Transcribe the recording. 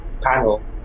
panel